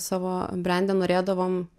savo brende norėdavom